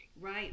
Right